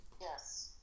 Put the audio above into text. Yes